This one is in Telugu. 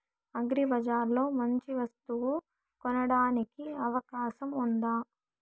అగ్రిబజార్ లో మంచి వస్తువు కొనడానికి అవకాశం వుందా?